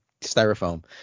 styrofoam